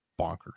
bonkers